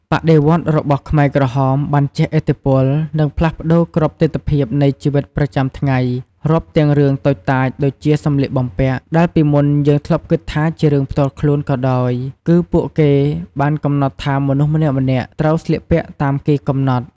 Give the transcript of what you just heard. បដិវត្តន៍របស់ខ្មែរក្រហមបានជះឥទ្ធិពល និងផ្លាស់ប្ដូរគ្រប់ទិដ្ឋភាពនៃជីវិតប្រចាំថ្ងៃ រាប់ទាំងរឿងតូចតាចដូចជា សម្លៀកបំពាក់ ដែលពីមុនយើងធ្លាប់គិតថាជារឿងផ្ទាល់ខ្លួនក៏ដោយ គឺពួកគេបានកំណត់ថាមនុស្សម្នាក់ៗ ត្រូវស្លៀកពាក់តាមគេកំណត់។